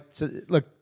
look